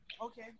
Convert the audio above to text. Okay